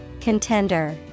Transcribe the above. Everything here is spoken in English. Contender